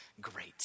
great